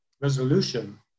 resolution